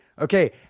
Okay